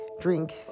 drink